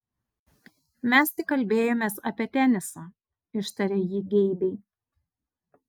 mes tik kalbėjomės apie tenisą ištarė ji geibiai